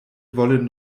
wollen